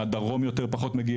יותר מהדרום פחות מגיעים,